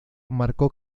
marcó